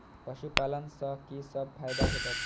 पशु पालन सँ कि सब फायदा भेटत?